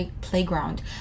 playground